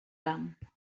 camp